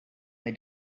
they